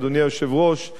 אדוני היושב-ראש,